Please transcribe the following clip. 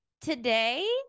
Today